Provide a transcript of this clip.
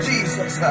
Jesus